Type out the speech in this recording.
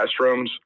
restrooms